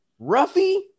Ruffy